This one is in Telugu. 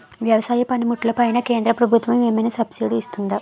వ్యవసాయ పనిముట్లు పైన కేంద్రప్రభుత్వం ఏమైనా సబ్సిడీ ఇస్తుందా?